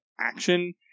action